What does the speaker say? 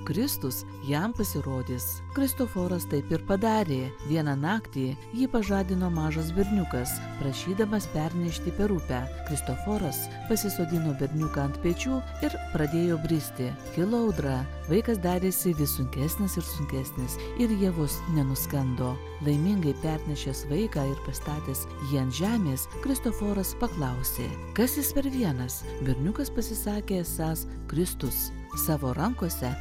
kristus jam pasirodys kristoforas taip ir padarė vieną naktį jį pažadino mažas berniukas prašydamas pernešti per upę kristoforas pasisodino berniuką ant pečių ir pradėjo bristi kilo audra vaikas darėsi vis sunkesnis ir sunkesnis ir jie vos nenuskendo laimingai pernešęs vaiką ir pastatęs jį ant žemės kristoforas paklausė kas jis per vienas berniukas pasisakė esąs kristus savo rankose